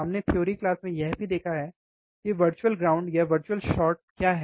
हमने theory class में यह भी देखा है कि वर्चुअल virtual ग्राउंड या वर्चुअल शॉर्ट क्या है